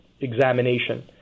examination